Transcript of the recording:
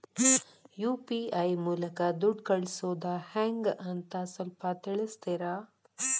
UPI ಮೂಲಕ ದುಡ್ಡು ಕಳಿಸೋದ ಹೆಂಗ್ ಅಂತ ಸ್ವಲ್ಪ ತಿಳಿಸ್ತೇರ?